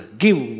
give